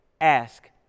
ask